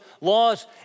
laws